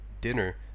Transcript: dinner